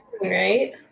Right